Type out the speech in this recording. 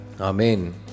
amen